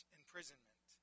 imprisonment